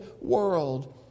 world